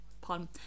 pun